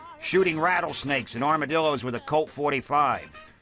shooting rattlesnakes and armadillos with a colt forty five.